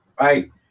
right